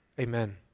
Amen